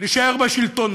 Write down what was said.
להישאר בשלטון.